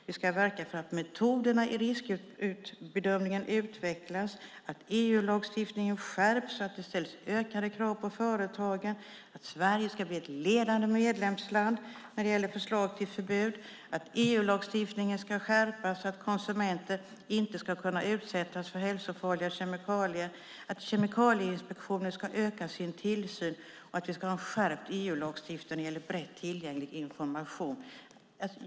Vi ska verka för att metoderna i riskbedömningen utvecklas, att EU-lagstiftningen skärps och att det ställs ökade krav på företagen, att Sverige ska bli ett ledande medlemsland när det gäller förslag till förbud och att EU-lagstiftningen ska skärpas så att konsumenter inte ska kunna utsättas för hälsofarliga kemikalier. Vi ska verka för att Kemikalieinspektionen ska öka sin tillsyn och att vi ska ha en skärpt EU-lagstiftning när det gäller brett tillgänglig information.